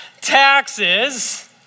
taxes